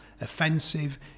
offensive